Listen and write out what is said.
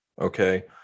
okay